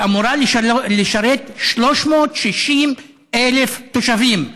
שאמורה לשרת 360,000 תושבים.